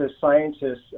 scientists